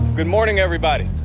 good morning, everybody.